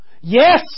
Yes